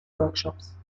workshops